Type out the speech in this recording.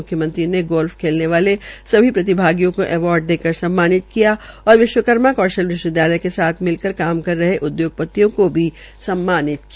म्ख्यमंत्री ने गोल्फ खेलने वाले सभी प्रतिभागियों को अवार्ड देकर सम्मानित किया और विश्वकर्मा कौशल विश्वविद्यालय के साथ मिलकर काम कर रहे उद्योगपतियों को भी सम्मानित किया